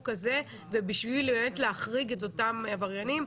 הזה ובשביל באמת להחריג את אותם עבריינים,